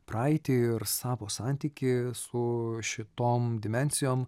praeitį ir savo santykį su šitom dimensijom